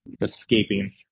escaping